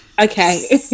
okay